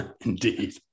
Indeed